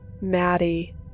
Maddie